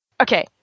Okay